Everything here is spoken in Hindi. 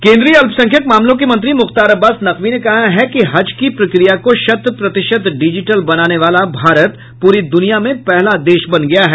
केंद्रीय अल्पसंख्यक मामलों के मंत्री मुख्तार अब्बास नकवी ने कहा है कि हज की प्रक्रिया को शत प्रतिशत डिजिटल बनाने वाला भारत पूरी दुनिया में पहला देश बन गया है